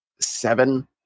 seven